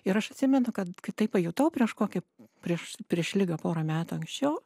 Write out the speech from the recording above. ir aš atsimenu kad kai tai pajutau prieš kokį prieš prieš ligą pora metų anksčiau